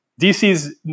DC's